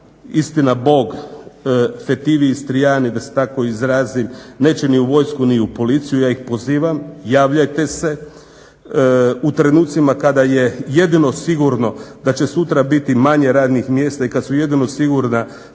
Istina Bog fetivi Istrijani da se tako izrazim neće ni u vojsku ni u policiju. Ja ih pozivam. Javljajte se. U trenucima kada je jedino sigurno da će sutra biti manje radnih mjesta i kada su jedino sigurna